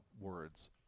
words